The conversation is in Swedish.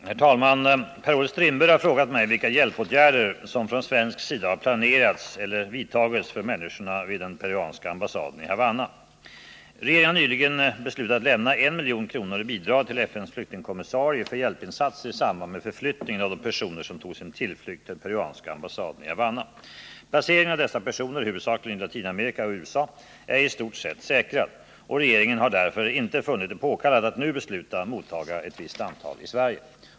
Herr talman! Per-Olof Strindberg har frågat mig vilka hjälpåtgärder som från svensk sida har planerats eller vidtagits för människorna vid den peruanska ambassaden i Havanna. Regeringen har nyligen beslutat lämna 1 milj.kr. i bidrag till FN:s flyktingkommissarie för hjälpinsatser i samband med förflyttningen av de personer som tog sin tillflykt till peruanska ambassaden i Havanna. Placeringen av dessa personer, huvudsakligen i Latinamerika och USA, är i stort sett säkrad, och regeringen har därför inte funnit det påkallat att nu besluta mottaga ett visst antal i Sverige.